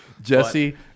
Jesse